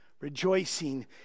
rejoicing